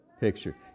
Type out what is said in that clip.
picture